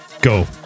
Go